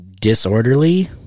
disorderly